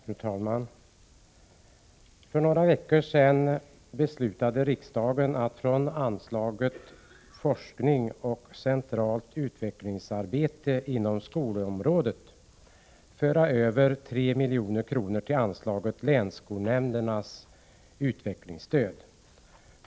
Fru talman! För några veckor sedan beslutade riksdagen att från anslaget Forskning och centralt utvecklingsarbete inom skolområdet föra över 3 milj.kr. till anslaget Länsskolnämndernas utvecklingsstöd.